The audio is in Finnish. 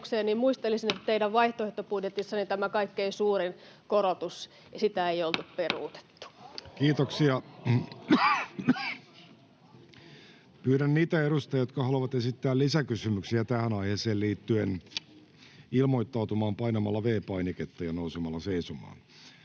koputtaa] että teidän vaihtoehtobudjetissanne tätä kaikkein suurinta korotusta ei oltu peruutettu. Kiitoksia. — Pyydän niitä edustajia, jotka haluavat esittää lisäkysymyksiä tähän aiheeseen liittyen, ilmoittautumaan painamalla V-painiketta ja nousemalla seisomaan.